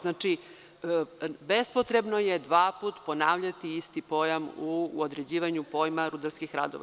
Znači, bezpotrebno je dva puta ponavljati isti pojam u određivanju pojma rudarskih radova.